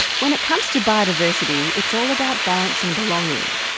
when it comes to biodiversity it's all about balance and belonging.